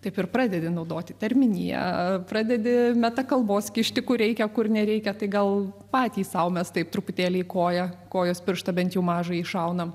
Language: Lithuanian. taip ir pradedi naudoti terminiją pradedi metakalbos kišti kur reikia kur nereikia tai gal patys sau mes taip truputėlį koją kojos pirštą bent jau mažąjį šaunam